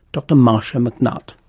dr marcia mcnutt.